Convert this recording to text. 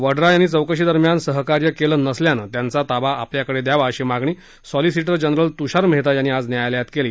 वड्रा यांनी चौकशीदरम्यान सहकार्य केलं नसल्यानं त्यांचा ताबा आपल्याकडे द्यावा अशी मागणी सॉलिसिक्रे जनरल तुषार मेहता यांनी आज न्यायालयात केली